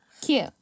Cute